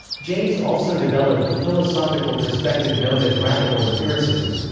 james also developed the philosophical perspective known as radical empiricism.